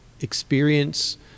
experience